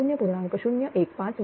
015 j 0